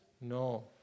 No